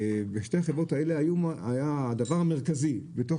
שתי החברות האלה היה הדבר המרכזי בתוך